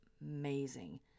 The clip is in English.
amazing